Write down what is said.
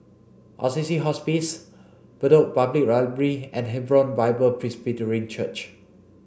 Assisi Hospice Bedok Public Library and Hebron Bible Presbyterian Church